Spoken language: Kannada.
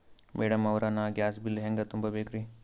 ಮೆಡಂ ಅವ್ರ, ನಾ ಗ್ಯಾಸ್ ಬಿಲ್ ಹೆಂಗ ತುಂಬಾ ಬೇಕ್ರಿ?